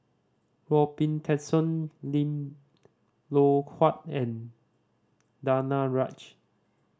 Robin Tessensohn Lim Loh Huat and Danaraj